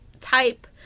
type